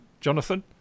Jonathan